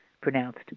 pronounced